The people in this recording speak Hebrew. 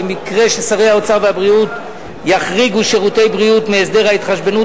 במקרה ששרי האוצר והבריאות יחריגו שירותי בריאות מהסדר ההתחשבנות